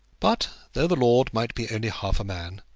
but though the lord might be only half a man,